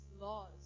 laws